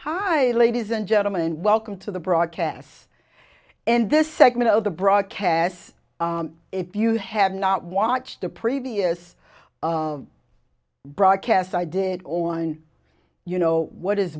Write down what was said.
hi ladies and gentlemen welcome to the broadcast and this segment of the broadcast if you have not watched the previous broadcasts i did on you know what is